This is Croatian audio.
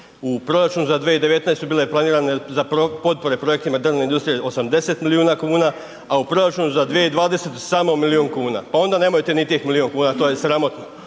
U proračun za 2019. bila je planirana za potpore projektima drvne industrije 80 miliona kuna, a u proračunu za 2020. samo milion kuna. Pa onda nemojte niti tih milion kuna, to je sramotno.